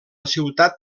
ciutat